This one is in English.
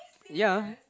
ya